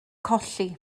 colli